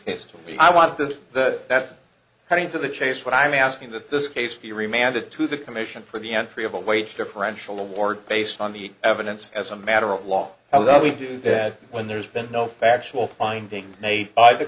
me i want this the that's heading to the chase what i'm asking that this case be reminded to the commission for the entry of a wage differential award based on the evidence as a matter of law and that we do that when there's been no factual findings made by the